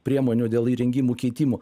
priemonių dėl įrengimų keitimo